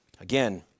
Again